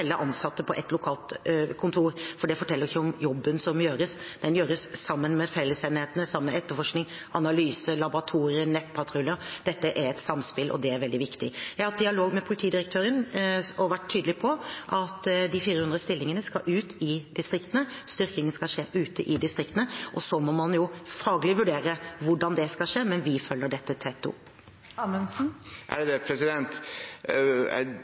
ansatte på ett lokalt kontor, for det forteller ikke noe om jobben som gjøres. Den gjøres sammen med fellesenhetene, sammen med etterforskning, analyse, laboratorier, nettpatruljer. Dette er et samspill, og det er veldig viktig. Jeg har hatt dialog med politidirektøren og vært tydelig på at de 400 stillingene skal ut i distriktene, at styrkingen skal skje ute i distriktene, og så må man faglig vurdere hvordan det skal skje, men vi følger dette tett opp.